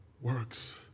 works